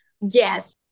Yes